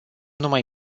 numai